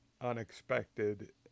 unexpected